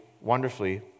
wonderfully